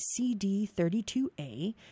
CD32A